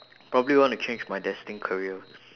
probably want to change my destined career